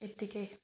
यत्तिकै